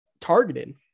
targeted